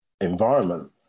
environment